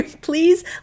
please